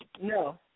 No